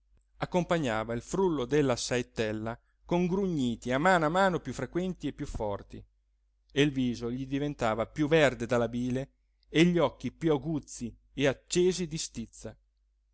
accompagnava il frullo della saettella con grugniti a mano a mano più frequenti e più forti e il viso gli diventava più verde dalla bile e gli occhi più aguzzi e accesi di stizza